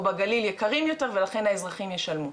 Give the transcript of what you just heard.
בגליל יקרים יותר ולכן האזרחים ישלמו.